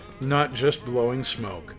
NotJustBlowingSmoke